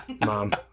mom